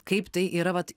kaip tai yra vat